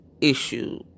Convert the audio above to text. issue